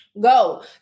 Go